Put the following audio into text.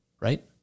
right